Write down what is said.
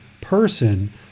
person